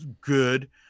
good